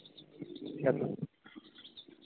అట్లా